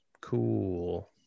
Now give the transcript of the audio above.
cool